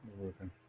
working